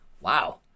wow